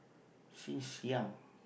since young